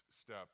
step